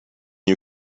you